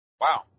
Wow